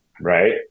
right